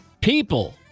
People